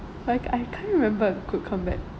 like I can't remember a good comeback